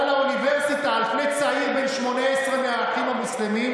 לאוניברסיטה על צעיר בן 18 מהאחים המוסלמים?